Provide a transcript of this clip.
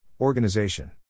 Organization